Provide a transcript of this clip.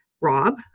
Rob